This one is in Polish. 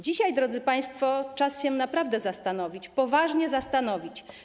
Dzisiaj, drodzy państwo, czas się naprawdę zastanowić, poważnie zastanowić.